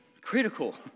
critical